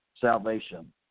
salvation